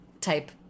type